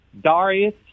Darius